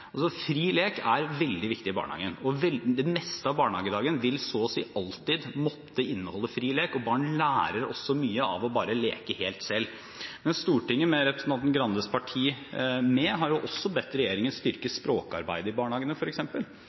er veldig viktig i barnehagen, og det meste av barnehagedagen vil så å si alltid måtte inneholde fri lek. Barn lærer mye av å leke helt selv. Men Stortinget med representanten Grandes parti har bedt regjeringen om å styrke språkarbeidet i barnehagene,